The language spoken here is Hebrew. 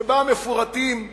שבה מפורטים הזכויות,